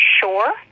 sure